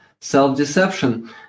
self-deception